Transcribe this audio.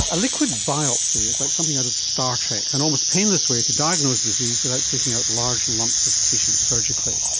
a liquid biopsy is like something out of star trek, an almost painless way to diagnose disease without taking out large lumps of tissue surgically.